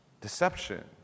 Deception